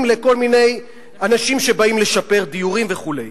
לכל מיני אנשים שבאים לשפר דיורים וכו'.